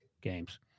games